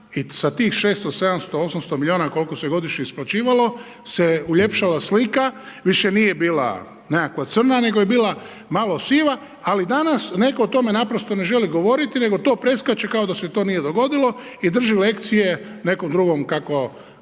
i sa tih 600, 700, 800 milijuna koliko se godišnje isplaćivalo se uljepšala slika, više nije bila nekakva crna nego je bila malo siva ali danas netko o tome naprosto ne želi govoriti nego to preskače kao da se to nije dogodilo i drži lekcije nekom drugom kako